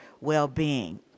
well-being